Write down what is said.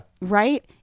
Right